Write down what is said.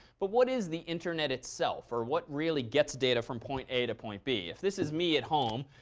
but what is the internet itself? or what really gets data from point a to point b? if this is me at home,